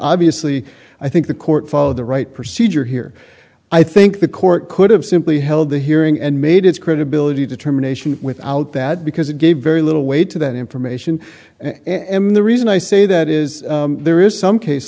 obviously i think the court followed the right procedure here i think the court could have simply held the hearing and made its credibility determination without that because it gave very little weight to that information and the reason i say that is there is some case